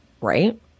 Right